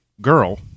girl